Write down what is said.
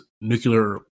nuclear